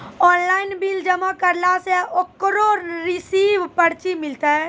Online bill जमा करला से ओकरौ रिसीव पर्ची मिलतै?